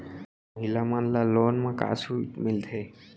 महिला मन ला लोन मा का छूट मिलथे?